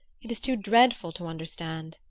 it is too dreadful to understand!